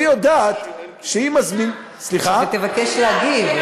שתבקש להגיב.